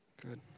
Good